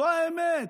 זו האמת.